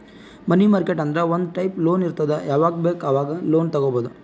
ಮನಿ market ಅಂದುರ್ ಒಂದ್ type loan ಇರ್ತುದ್ ಯಾವಾಗ್ ಬೇಕ್ ಆವಾಗ್ ಲೋನ್ ತಗೊಬೋದ್